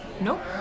Nope